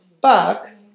back